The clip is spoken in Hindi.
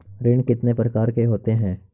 ऋण कितने प्रकार के होते हैं?